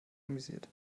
amüsiert